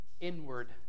inward